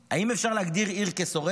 האם אפשר להגדיר עיר כשורדת?